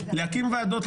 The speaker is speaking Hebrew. להקים ועדות,